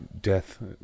death